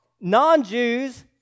non-Jews